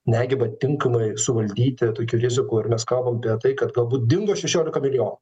negeba tinkamai suvaldyti tokių rizikų ir mes kalbam apie tai kad galbūt dingo šešiolika milijonų